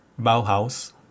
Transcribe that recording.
Bauhaus